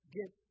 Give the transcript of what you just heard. get